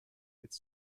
its